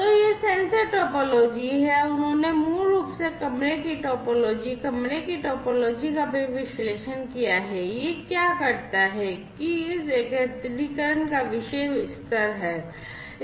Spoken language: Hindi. तो यह सेंसर टोपोलॉजी है उन्होंने मूल रूप से कमरे की टोपोलॉजी कमरे की टोपोलॉजी का भी विश्लेषण किया है यह क्या करता है कि इस एकत्रीकरण का विषय स्तर है